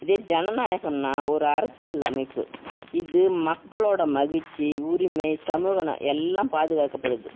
இதே ஜனநாயகம்னால் ஒரு அரசியல் அமைப்பு இது மக்களோடய மகிழ்ச்சி உரிமை சமூக ந எல்லாம் பாதுகாக்கப்படுது